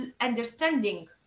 understanding